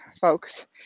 folks